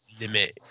limit